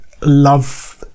love